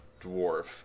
dwarf